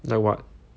like what